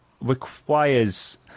requires